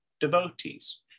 devotees